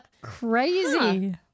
Crazy